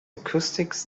acoustics